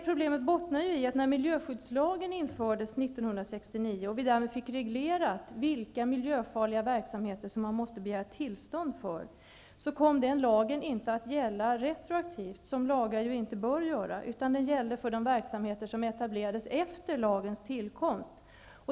Problemet bottnar i att miljöskyddslagen, när den infördes 1969 och vi därmed fick reglerat vilka miljöfarliga verksamheter man måste begära tillstånd för, inte kom att gälla retroaktivt, vilket lagar ju inte bör göra, utan den kom att gälla för de verksamheter som etablerades efter lagens tillkomst.